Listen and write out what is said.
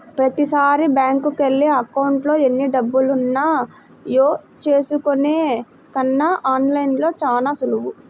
ప్రతీసారీ బ్యేంకుకెళ్ళి అకౌంట్లో ఎన్నిడబ్బులున్నాయో చూసుకునే కన్నా ఆన్ లైన్లో చానా సులువు